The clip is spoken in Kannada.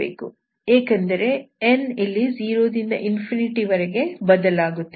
ಏಕೆಂದರೆ n ಇಲ್ಲಿ 0 ದಿಂದ ವರೆಗೆ ಬದಲಾಗುತ್ತದೆ